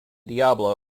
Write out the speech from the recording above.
diablo